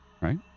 Right